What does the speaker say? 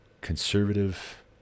conservative